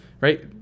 right